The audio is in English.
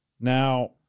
Now